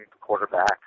quarterback